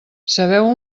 sabeu